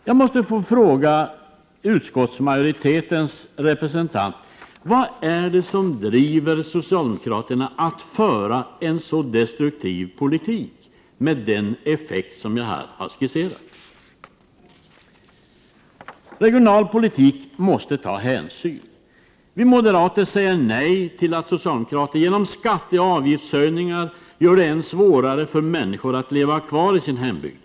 Jag måste fråga utskottsmajoritetens representant: Vad är det som driver socialdemokraterna att föra en så destruktiv politik, med den effekt som jag här har skisserat? Regional politik måste ta hänsyn. Vi moderater säger nej till att socialdemokrater genom skatteoch avgiftshöjningar gör det än svårare för människor att leva kvar i sin hembygd.